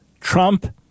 Trump